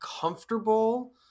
comfortable